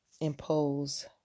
impose